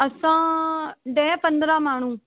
असां ॾह पंद्रहं माण्हू